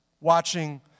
watching